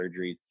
surgeries